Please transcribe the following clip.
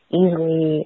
easily